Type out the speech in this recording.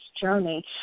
journey